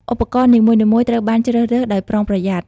ឧបករណ៍នីមួយៗត្រូវបានជ្រើសរើសដោយប្រុងប្រយ័ត្ន។